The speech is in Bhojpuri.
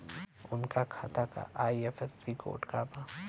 उनका खाता का आई.एफ.एस.सी कोड का बा?